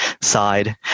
side